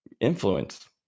influence